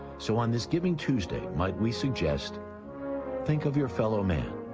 so on this giving tuesday might we suggest think of your fellow man.